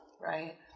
right